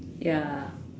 ya